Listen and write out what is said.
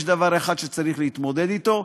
יש דבר אחד שצריך להתמודד אתו,